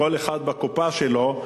כל אחד בקופה שלו,